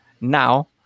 now